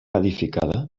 edificada